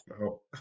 no